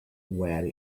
where